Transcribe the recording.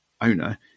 owner